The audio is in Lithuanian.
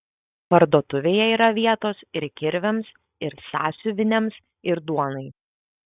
parduotuvėje yra vietos ir kirviams ir sąsiuviniams ir duonai